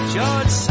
George